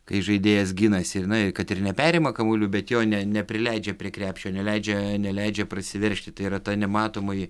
kai žaidėjas ginasi na kad ir neperima kamuolių bet jo ne neprileidžia prie krepšio neleidžia neleidžia prasiveržti tai yra ta nematomoji